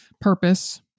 purpose